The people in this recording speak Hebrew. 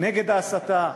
נגד ההסתה,